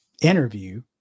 interview